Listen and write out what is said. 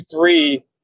three